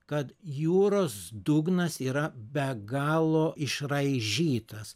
kad jūros dugnas yra be galo išraižytas